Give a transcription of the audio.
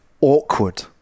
awkward